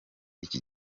iki